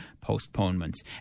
postponements